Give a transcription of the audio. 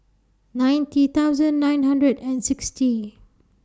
ninety thousand nine hundred and sixty